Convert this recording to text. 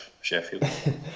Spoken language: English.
Sheffield